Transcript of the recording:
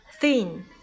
thin